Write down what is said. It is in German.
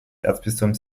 erzbistum